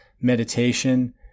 meditation